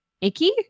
icky